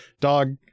Dog